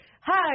hi